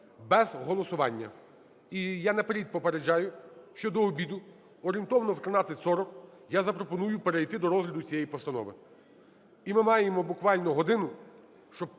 без голосування. І я наперед попереджаю, що до обіду, орієнтовно в 13:40, я запропоную перейти до розгляду цієї постанови. І ми маємо буквально годину, щоб